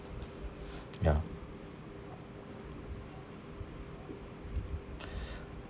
ya